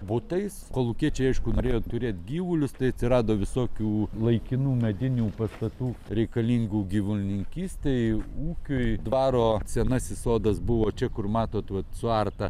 butais kolūkiečiai aišku norėjo turėt gyvulius tai atsirado visokių laikinų medinių pastatų reikalingų gyvulininkystei ūkiui dvaro senasis sodas buvo čia kur matot vat suarta